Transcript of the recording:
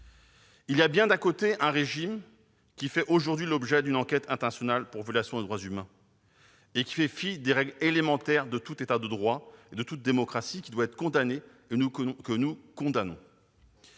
nous sommes face à un régime qui fait aujourd'hui l'objet d'une enquête internationale pour violation des droits humains et fait fi des règles élémentaires de tout État de droit, de toute démocratie : il doit être condamné, et nous le condamnons.